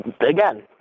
Again